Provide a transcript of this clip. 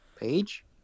Page